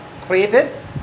Created